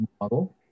model